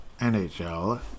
NHL